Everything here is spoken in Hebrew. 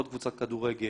עוד קבוצת כדורגל,